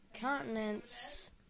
Continents